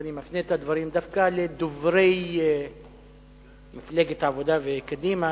ואני מפנה את הדברים דווקא לדוברי מפלגת העבודה וקדימה,